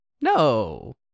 No